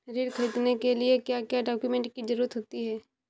ऋण ख़रीदने के लिए क्या क्या डॉक्यूमेंट की ज़रुरत होती है?